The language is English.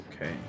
okay